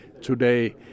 today